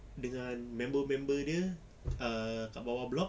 dengan member member dia uh kat bawah block